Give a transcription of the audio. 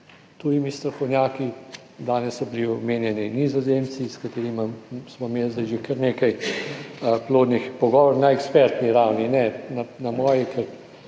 tujimi strokovnjaki, danes so bili omenjeni Nizozemci, s katerimi smo imeli zdaj že kar nekaj plodnih pogovorov na ekspertni ravni, ne na moji,